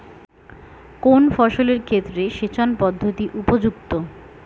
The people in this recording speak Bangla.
কোন ফসলের ক্ষেত্রে সেচন পদ্ধতি উপযুক্ত?